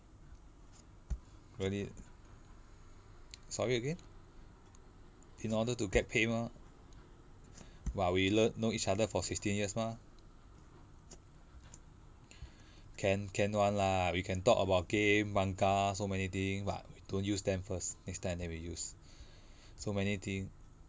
really sorry again in order to get pay mah but we learn know each other for sixteen years mah can can [one] lah we can talk about game manga so many thing but don't use them first next time then we use so many thing